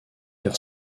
car